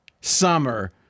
summer